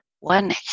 One